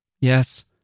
Yes